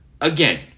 Again